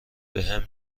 بهم